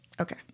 Okay